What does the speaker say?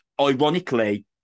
ironically